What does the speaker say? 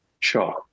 Sure